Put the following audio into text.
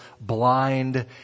blind